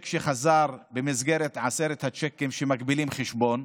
שחזר במסגרת עשרת הצ'קים שמגבילים חשבון.